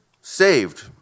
saved